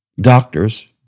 Doctors